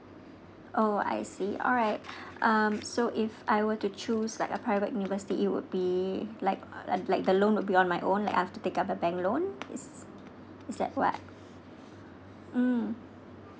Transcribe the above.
oh I see alright um so if I will to choose like a private university it would be like like the loan will be on my own like after take up a bank loan is is that what mm